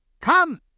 come